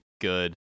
good